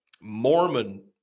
Mormon